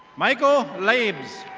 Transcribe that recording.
michael labes.